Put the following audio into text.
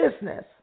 business